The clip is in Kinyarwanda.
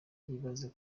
ibaze